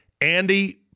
Andy